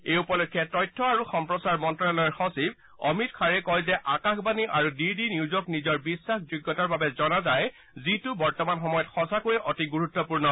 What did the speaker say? এই উপলক্ষে তথ্য আৰু সম্প্ৰচাৰ মন্তালয়ৰ সচিব অমিত খাৰেই কয় যে আকাশবাণী আৰু ডিডি নিউজক নিজৰ বিশ্বাসযোগ্যতাৰ বাবে জনা যায় যিটো বৰ্তমান সময়ত সচাকৈয়ে অতি গুৰুত্বপূৰ্ণ